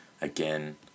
Again